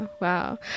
wow